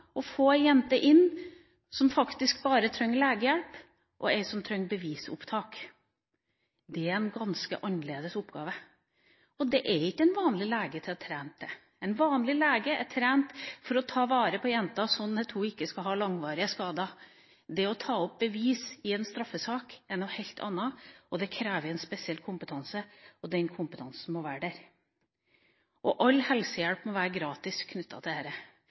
å få inn ei jente som bare trenger legehjelp, og ei som trenger bevisopptak. Det er en ganske annerledes oppgave. En vanlig lege er ikke trent til det, en vanlig lege er trent for å ta vare på jenta, sånn at hun ikke skal få langvarige skader. Det å ta opp bevis i en straffesak er noe helt annet. Det krever en spesiell kompetanse, og den kompetansen må være der. All helsehjelp knyttet til dette må være gratis.